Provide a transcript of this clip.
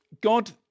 God